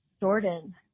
Jordan